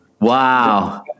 Wow